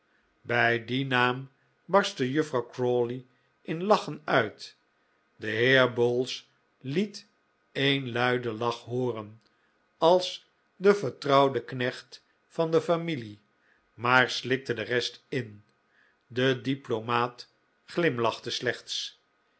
bij dien naam barstte juffrouw crawley in lachen uit de heer bowls liet een luiden lach hooren als de vertrouwde knecht van de familie maar slikte de rest in de diplomaat glimlachte slechts